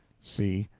c.